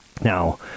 Now